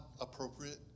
appropriate